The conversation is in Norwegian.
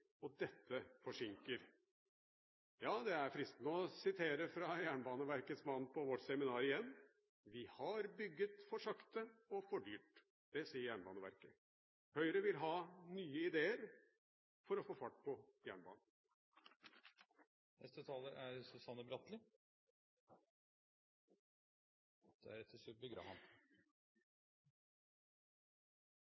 utbygging. Dette forsinker. Det er fristende å sitere Jernbaneverkets mann på vårt seminar igjen: Vi har bygget for sakte og for dyrt. Det sier altså Jernbaneverket. Høyre vil ha nye ideer for å få fart på